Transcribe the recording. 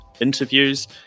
interviews